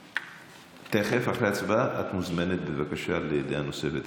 תכף, אחרי ההצבעה, את מוזמנת לדעה נוספת.